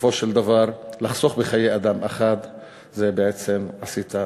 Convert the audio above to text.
בסופו של דבר, לחסוך בחיי אדם זה בעצם, עשית,